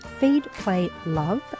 feedplaylove